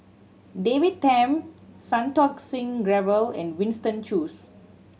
David Tham Santokh Singh Grewal and Winston Choos